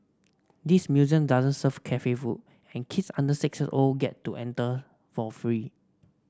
this museum doesn't serve cafe food and kids under six years old get to enter for free